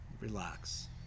relax